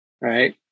right